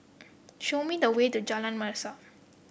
show me the way to Jalan Mesra